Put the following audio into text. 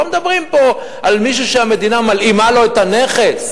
לא מדברים פה על מישהו שהמדינה מלאימה לו את הנכס,